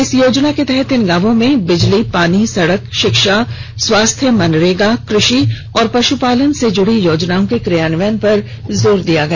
इस योजना के तहत इन गांवों में बिजली पानी सड़क शिक्षा स्वास्थ्य मनरेगा कृषि और पशुपालन से जुड़ी योजनाओं के क्रियान्वयन पर जोर दिया गया